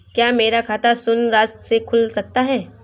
क्या मेरा खाता शून्य राशि से खुल सकता है?